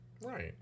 Right